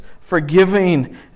forgiving